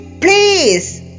please